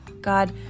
God